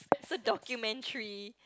is a documentary